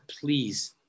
please